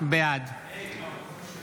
בעד